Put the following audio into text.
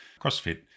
CrossFit